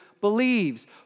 believes